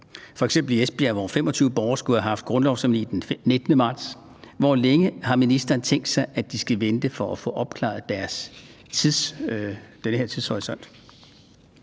f.eks. i Esbjerg, hvor 25 borgere skulle have haft grundlovsceremoni den 19. marts. Hvor længe har ministeren tænkt sig at de skal vente på at få afklaret den her tidshorisont?